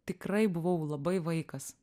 tikrai buvau labai vaikas